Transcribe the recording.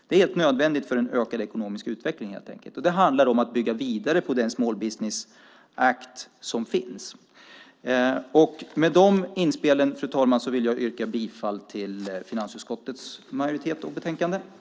Det är helt enkelt nödvändigt för en ökad ekonomisk utveckling. Det handlar om att bygga vidare på den small business act som finns. Med detta, fru talman, vill jag yrka bifall till finansutskottets förslag i utlåtandet.